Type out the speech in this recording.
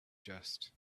just